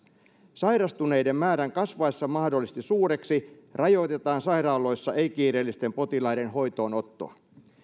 sairastuneiden määrän kasvaessa mahdollisesti suureksi rajoitetaan sairaaloissa ei kiireellisten potilaiden hoitoonottoa